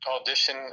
Audition